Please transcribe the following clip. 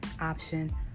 option